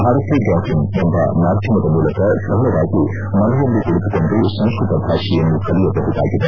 Bharati dot in ಎಂಬ ಮಾಧ್ಯಮದ ಮೂಲಕ ಸರಳವಾಗಿ ಮನೆಯಲ್ಲಿ ಕುಳತುಕೊಂಡು ಸಂಸ್ಕೃತ ಭಾಷೆಯನ್ನು ಕಲಿಯಬಹುದಾಗಿದೆ